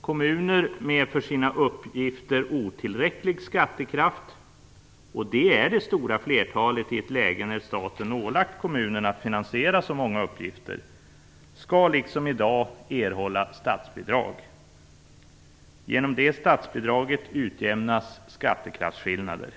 Kommuner med för sina uppgifter otillräcklig skattekraft - och det är det stora flertalet, i ett läge när staten ålagt kommunerna att finansiera så många uppgifter - skall liksom i dag erhålla statsbidrag. Genom det statsbidraget utjämnas skattekraftsskillnader.